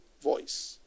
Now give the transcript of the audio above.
voice